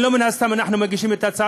אנחנו לא נגד שוויון מגדרי,